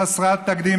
חסרת תקדים,